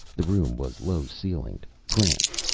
the room was low-ceilinged, cramped.